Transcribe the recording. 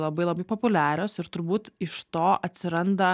labai labai populiarios ir turbūt iš to atsiranda